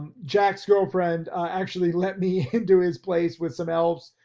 jack's girlfriend actually let me into his place with some elves.